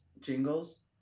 jingles